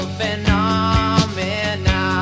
phenomena